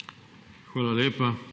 Hvala lepa.